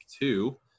two